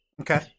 Okay